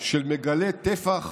של "מגלה טפח